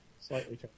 slightly